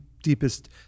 Deepest